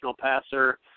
passer